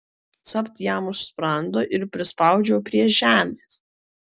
capt jam už sprando ir prispaudžiau prie žemės